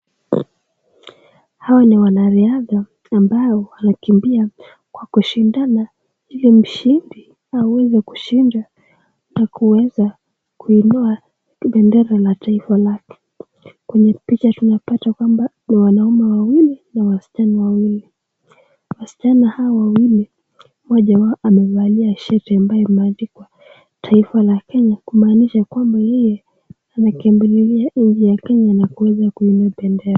Hawa ni wanariadha ambao wanakimbia kwa kushindana ili mshindi aweze kushinda na kuweza kuinua bendera la taifa lake ,kwenye picha tunapata ya kwamba ni wanaume wawili na waschana wawili , waschana hawa wawili mmoja wao amevalia shati ambayo imeandikwa taifa la Kenya kumaanisha ya kwamba yeye anakimbililia nchi ya Kenya na kuweza kuinua bendera.